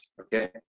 okay